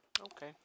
Okay